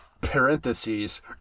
Parentheses